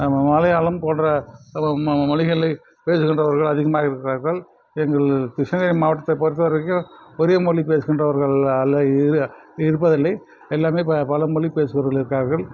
மலையாள போன்ற மொழிகளில் பேசுகின்றவர்கள் அதிகமாக இருக்கிறார்கள் எங்கள் கிருஷ்ணகிரி மாவட்டத்தை பொறுத்த வரைக்கும் ஒரே மொழி பேசுகின்றவர்கள் அல்ல இரு இருப்பதில்லை எல்லாமே இப்போ பல மொழி பேசுபவர்கள் இருக்கார்கள்